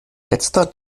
letzter